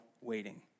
waiting